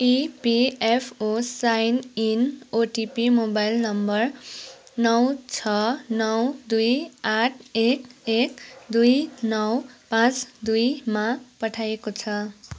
EPFO sign in OTP mobile number नौ छः नौ दुई आठ एक एक दुई नौ पाँच दुई मा पठाइएको छ